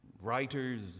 Writers